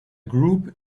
group